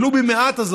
ולו במעט,